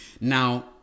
Now